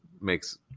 makes